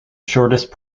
shortest